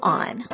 on